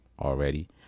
already